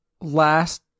last